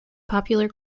popular